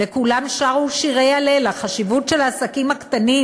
וכולם שרו שירי הלל על החשיבות של העסקים הקטנים